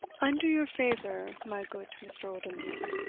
under your favour, my goot mr. oldenbuck,